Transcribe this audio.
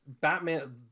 Batman